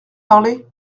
parler